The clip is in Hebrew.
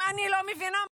אם אני לא מבינה מה